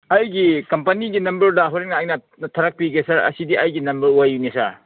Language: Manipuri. ꯑꯩꯒꯤ ꯀꯝꯄꯅꯤꯒꯤ ꯅꯝꯕꯔꯗ ꯍꯣꯔꯦꯟ ꯑꯩꯅ ꯊꯥꯔꯛꯄꯤꯒꯦ ꯁꯥꯔ ꯑꯁꯤꯗꯤ ꯑꯩꯒꯤ ꯅꯝꯕꯔ ꯑꯣꯏꯕꯅꯦ ꯁꯥꯔ